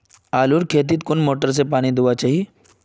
आलूर खेतीत कुन मोटर से पानी दुबा चही?